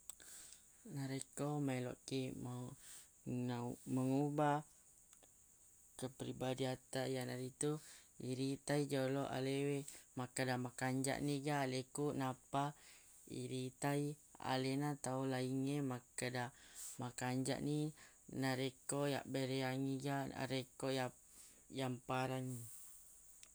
Narekko maeloq kiq mau- nau- mengubah keperibadiatta yanaritu iritai joloq alewe makkeda makanjaq niga aleku nappa iritai alena tau laingnge makkeda makanjaq ni narekko yabbereangngi ga narekko yap- yamparengngi